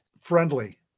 friendly